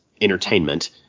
entertainment